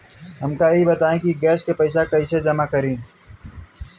हमका ई बताई कि गैस के पइसा कईसे जमा करी?